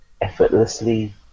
effortlessly